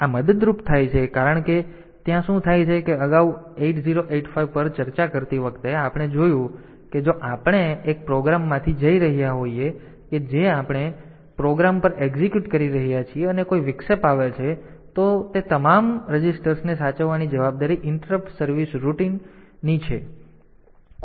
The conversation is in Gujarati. તેથી આ મદદરૂપ થાય છે કારણ કે ત્યાં શું થાય છે કે અગાઉ 8085 પર ચર્ચા કરતી વખતે આપણે જોયું છે કે જો આપણે એક પ્રોગ્રામમાંથી જઈ રહ્યા હોઈએ કે જે આપણે પ્રોગ્રામ પર એક્ઝિક્યુટ કરી રહ્યા છીએ અને કોઈ વિક્ષેપ આવે છે તો તે તમામ રજિસ્ટર્સને સાચવવાની જવાબદારી ઇન્ટરપ્ટ સર્વિસ રૂટીન ની છે